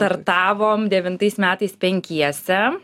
startavom devintais metais penkiese